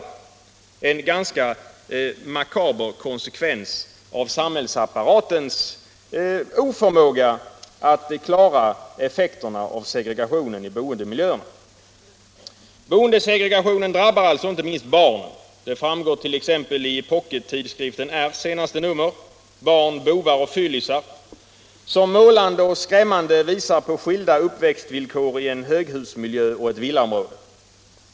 Det är en ganska makaber konsekvens av samhällsapparatens oförmåga att klara effekterna av segregationen i boendemiljön. Boendesegregationen drabbar alltså inte minst barnen — det framgår t.ex. av pockettidskriften R:s senaste nummer ”Barn, bovar och fyllisar”, som målande och skrämmande visar på skilda uppväxtvillkor i en höghusmiljö och ett villaområde.